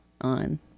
on